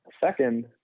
Second